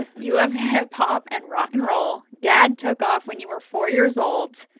ah you love hip-hop and rock n roll dad took off when you were four years old.